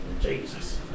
Jesus